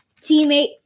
teammate